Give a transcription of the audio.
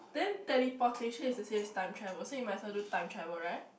then teleportation is the same as time travel so you might as well do time travel [right]